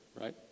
right